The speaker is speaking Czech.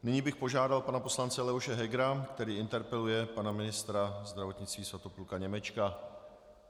Nyní bych požádal pana poslance Leoše Hegera, který interpeluje pana ministra zdravotnictví Svatopluka Němečka.